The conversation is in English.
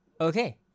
Okay